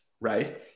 right